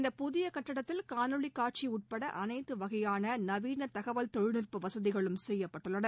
இந்தப் புதிய கட்டடத்தில் காணொலி காட்சி உட்பட அனைத்து வகையான நவீன தகவல் தொழில்நுட்ப வசதிகளும் செய்யப்பட்டுள்ளன